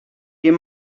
you